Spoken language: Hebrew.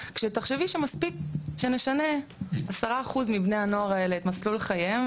שתחשבי שמספיק שנשנה 10% מבני הנוער האלה את מסלול חייהם,